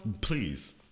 Please